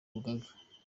rugaga